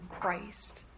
Christ